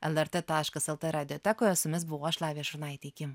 lrt taškas lt radiotekoje su jumis buvau aš lavija šurnaitė iki